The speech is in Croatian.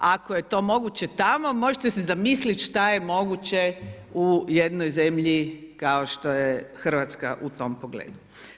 Ako je to moguće tamo, možete si zamisliti šta je moguće u jednoj zemlji kao što je Hrvatska u tom pogledu.